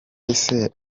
ese